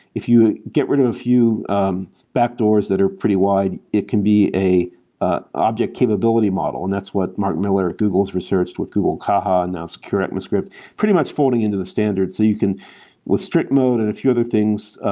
if you get rid of a few um back doors that are pretty wide, it can be an ah object capability model. and that's what mark miller at google's research with google caja announced secure atmosphere pretty much folding into the standards, so you can with strict mode and a few other things,